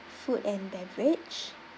food and beverage